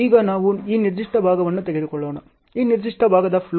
ಈಗ ನಾವು ಈ ನಿರ್ದಿಷ್ಟ ಭಾಗವನ್ನು ತೆಗೆದುಕೊಳ್ಳೋಣ ಈ ನಿರ್ದಿಷ್ಟ ಭಾಗದ ಫ್ಲೋಟ್